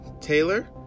Taylor